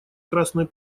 красной